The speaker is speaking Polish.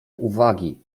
uwagi